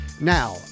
Now